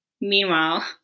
Meanwhile